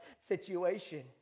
situation